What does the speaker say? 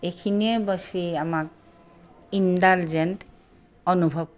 এইখিনিয়ে বেছি আমাক ইণ্ডালজেণ্ট অনুভৱ